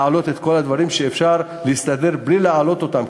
להעלות את כל המחירים שאפשר להסתדר בלי להעלות אותם,